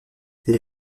les